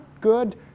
good